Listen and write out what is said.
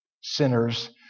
sinners